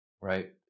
right